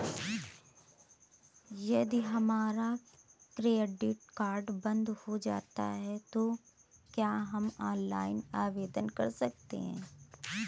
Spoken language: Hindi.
यदि हमारा क्रेडिट कार्ड बंद हो जाता है तो क्या हम ऑनलाइन आवेदन कर सकते हैं?